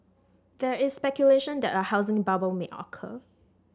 there is speculation that a housing bubble may occur